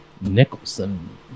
Nicholson